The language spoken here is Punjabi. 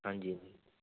ਹਾਂਜੀ ਹਾਂਜੀ